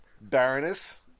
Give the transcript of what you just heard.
Baroness